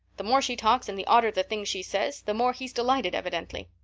the more she talks and the odder the things she says, the more he's delighted evidently.